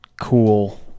cool